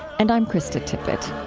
and i'm krista tippett